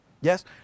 Yes